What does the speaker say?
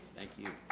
thank you.